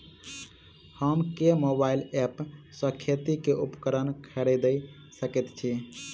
हम केँ mobile app सँ खेती केँ उपकरण खरीदै सकैत छी?